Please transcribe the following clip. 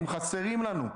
הם חסרים לנו.